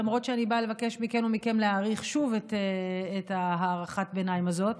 למרות שאני באה לבקש מכן ומכם להאריך שוב את הארכת הביניים הזאת,